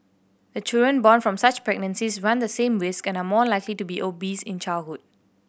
the children born from such pregnancies run the same risk and are more likely to be obese in childhood